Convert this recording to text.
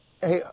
Hey